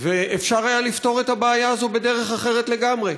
ואפשר היה לפתור את הבעיה הזו בדרך אחרת לגמרי.